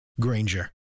Granger